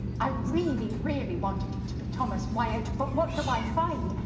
i really, really wanted it to be thomas wyatt, but what do i find?